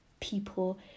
people